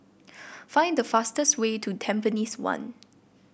find the fastest way to Tampines one